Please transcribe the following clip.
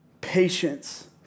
patience